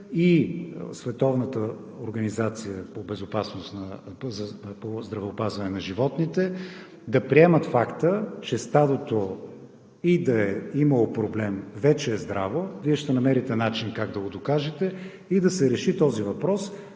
да приемат факта, че стадото и да е имало проблем, вече е здраво. Вие ще намерите начин как да го докажете и да се реши този въпрос,